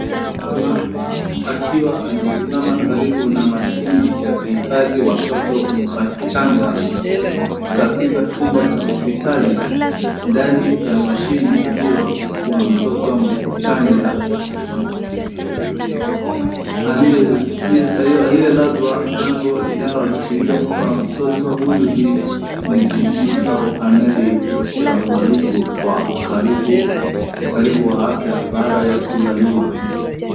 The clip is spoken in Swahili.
Mama akiwa amesimama karibu na mashine ya kuhifadhi watoto wachanga, katika chumba cha hospitali, ndani ya mashine hiyo, kuna mtoto mchanga aliyelazwa, jambo linaloashiria kuwa mtoto huyu ni muijiti au anayehitaji uaangalifu wa karibu wa afya baada ya kuzaliwa.